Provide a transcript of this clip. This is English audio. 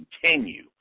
continue